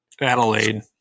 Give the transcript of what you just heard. Adelaide